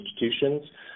institutions